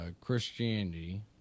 Christianity